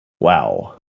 Wow